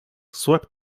swept